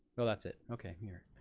well that's it, okay here.